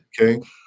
Okay